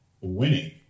winning